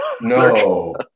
No